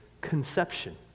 conception